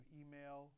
email